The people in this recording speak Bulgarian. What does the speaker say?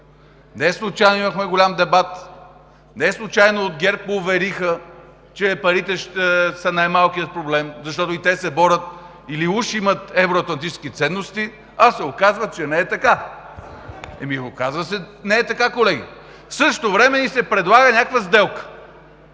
Неслучайно имахме голям дебат, неслучайно от ГЕРБ увериха, че парите са най-малкият проблем, защото и те се борят. Или уж имат евроатлантически ценности, а се оказва, че не е така?! Ами, колеги, оказва се, че не е така! В същото време ни се предлага някаква сделка.